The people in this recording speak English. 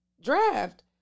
draft